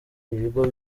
ibigo